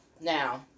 Now